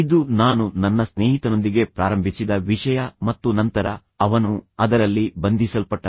ಇದು ನಾನು ನನ್ನ ಸ್ನೇಹಿತನೊಂದಿಗೆ ಪ್ರಾರಂಭಿಸಿದ ವಿಷಯ ಮತ್ತು ನಂತರ ಅವನು ಅದರಲ್ಲಿ ಬಂಧಿಸಲ್ಪಟ್ಟನು